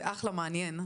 זה מענין,